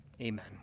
Amen